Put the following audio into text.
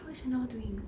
what sheila doing